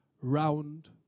round